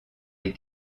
les